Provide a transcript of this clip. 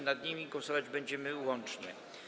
Nad nimi głosować będziemy łącznie.